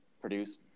produce